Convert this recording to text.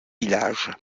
village